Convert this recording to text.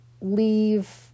leave